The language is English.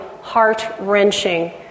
heart-wrenching